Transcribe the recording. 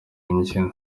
imbyino